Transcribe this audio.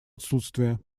отсутствие